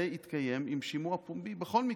יתקיים עם שימוע פומבי בכל מקרה,